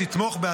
התשפ"ה 2024,